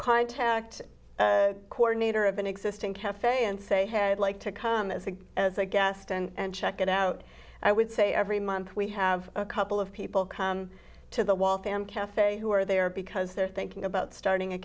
contact coordinator of an existing cafe and say had like to come as a as a guest and check it out i would say every month we have a couple of people come to the wall fan cafe who are there because they're thinking about starting a